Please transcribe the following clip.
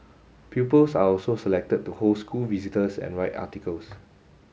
pupils are also selected to host school visitors and write articles